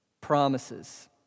Promises